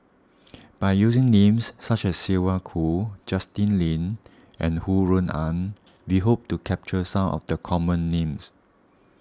by using names such as Sylvia Kho Justin Lean and Ho Rui An we hope to capture some of the common names